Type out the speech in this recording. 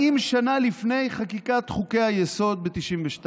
40 שנה לפני חקיקת חוקי-היסוד ב-1992,